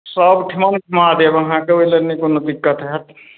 सब ठिमा घुमा देब अहाँके ओइ लेल नहि कोनो दिक्कत हैत